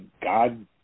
God